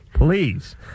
Please